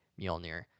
Mjolnir